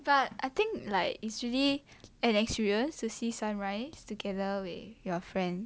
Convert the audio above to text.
but I think like it's really an experience to see sunrise together with your friends